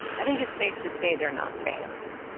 i think it's safe to say they're not fans.